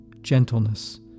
gentleness